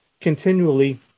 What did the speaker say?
continually